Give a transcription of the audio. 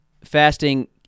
fasting